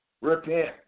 repent